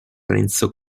renzo